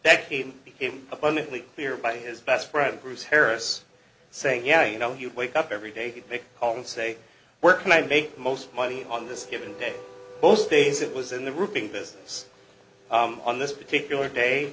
that he became abundantly clear by his best friend bruce harris saying yeah you know you wake up every day you may call and say where can i make the most money on this given day most days it was in the ripping business on this particular day